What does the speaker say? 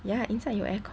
ya inside 有 aircon